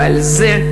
ולזה,